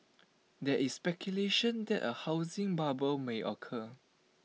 there is speculation that A housing bubble may occur